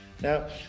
now